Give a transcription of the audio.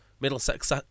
Middlesex